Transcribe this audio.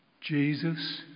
Jesus